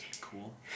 cool